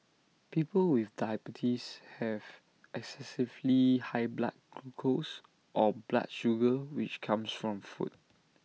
people with diabetes have excessively high blood glucose or blood sugar which comes from food